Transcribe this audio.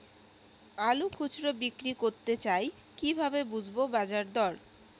আলু খুচরো বিক্রি করতে চাই কিভাবে বুঝবো বাজার দর?